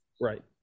Right